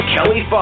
Kelly